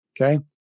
Okay